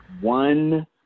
one